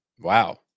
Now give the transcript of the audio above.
wow